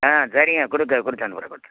ஆ சரிங்க கொடுத்து கொடுத்தனுப்புறேன் கொடுத்து